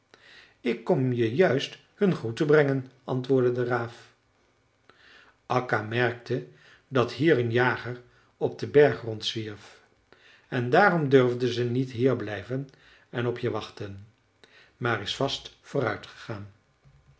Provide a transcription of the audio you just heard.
ik kom je juist hun groeten brengen antwoordde de raaf akka merkte dat hier een jager op den berg rondzwierf en daarom durfde ze niet hier blijven en op je wachten maar is vast